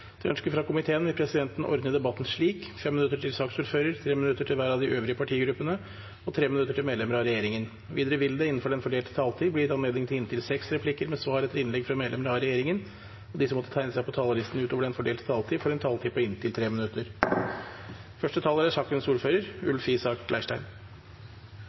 minutter til medlemmer av regjeringen. Videre vil det – innenfor den fordelte taletid – bli gitt anledning til inntil seks replikker med svar etter innlegg fra medlemmer av regjeringen, og de som måtte tegne seg på talerlisten utover den fordelte taletid, får en taletid på inntil 3 minutter. EOS-utvalget er Stortingets kontrollorgan for de hemmelige tjenestene i Norge. Hovedformålet med kontrollen til utvalget er